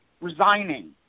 resigning